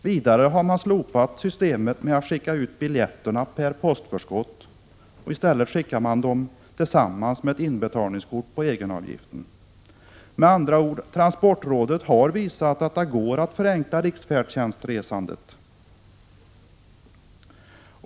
Vidare har systemet med att skicka ut biljetterna mot postförskott slopats. I stället skickas de tillsammans med inbetalningskortet på egenavgiften. Med andra ord: Transportrådet har visat att det går att förenkla riksfärdtjänstsresandet.